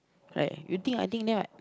right you think I think that right